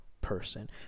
person